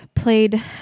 Played